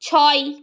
ছয়